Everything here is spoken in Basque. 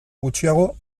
gutxiago